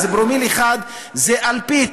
אז פרומיל אחד זה אלפית,